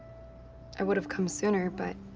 i would've come sooner, but